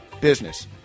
business